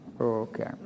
Okay